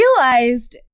realized